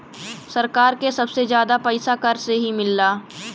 सरकार के सबसे जादा पइसा कर से ही मिलला